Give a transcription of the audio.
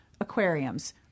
aquariums